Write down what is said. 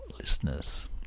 listeners